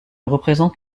représente